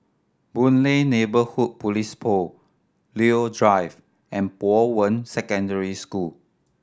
Boon Lay Neighbourhood Police Post Leo Drive and Bowen Secondary School